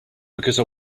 because